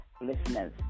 listeners